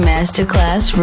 Masterclass